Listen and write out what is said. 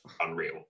unreal